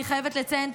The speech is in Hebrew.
אני חייבת לציין,